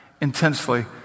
intensely